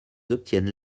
obtiennent